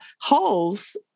Holes